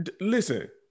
Listen